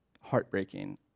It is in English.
heartbreaking